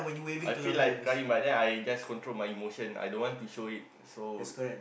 I feel like crying but then I just control my emotion I don't want to show it so